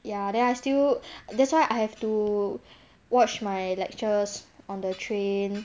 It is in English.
ya then I still that's why I have to watch my lectures on the train